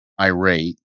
irate